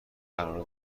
قرار